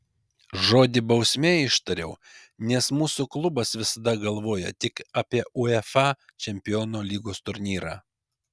žodį bausmė ištariau nes mūsų klubas visada galvoja tik apie uefa čempionų lygos turnyrą